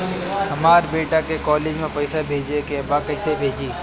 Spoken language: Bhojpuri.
हमर बेटा के कॉलेज में पैसा भेजे के बा कइसे भेजी?